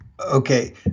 Okay